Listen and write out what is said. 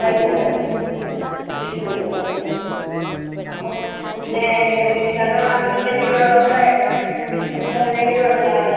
മരുന്നുണ്ട് ഇഞ്ചക്ഷൻ എടുക്കുന്നുണ്ട് അപ്പം പിന്നെ വലിയ കൺട്രോൾ ആകുന്നില്ലെങ്കിൽ ഡോക്ടറെ നിങ്ങൾ നേരിട്ട് വന്ന് കാണുക